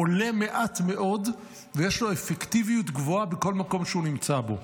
הוא עולה מעט מאוד ויש לו אפקטיביות גבוהה בכל מקום שהוא נמצא בו.